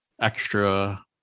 extra